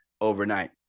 overnight